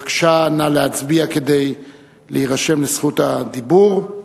בבקשה, נא להצביע כדי להירשם לזכות הדיבור.